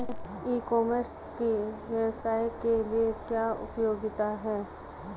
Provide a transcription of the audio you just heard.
ई commerce की व्यवसाय के लिए क्या उपयोगिता है?